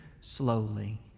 slowly